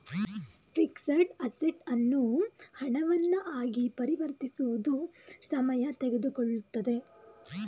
fixed assets ಅನ್ನು ಹಣವನ್ನ ಆಗಿ ಪರಿವರ್ತಿಸುವುದು ಸಮಯ ತೆಗೆದುಕೊಳ್ಳುತ್ತದೆ